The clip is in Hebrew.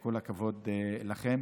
כל הכבוד לכם.